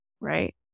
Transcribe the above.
Right